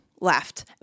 left